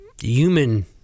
human